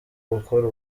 gukora